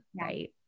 Right